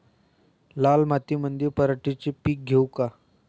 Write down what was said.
लाल मातीमंदी पराटीचे पीक घेऊ का?